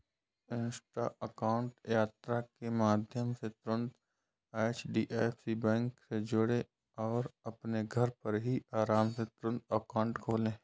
Insta account यात्रा के माध्यम से तुरंत एच.डी.एफ.सी बैंक से जुड़ें और अपने घर पर ही आराम से तुरंत अकाउंट खोले